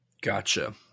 Gotcha